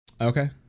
okay